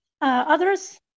others